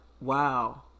wow